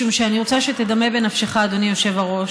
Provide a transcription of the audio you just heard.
משום שאני רוצה שתדמה בנפשך, אדוני היושב-ראש,